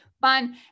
fun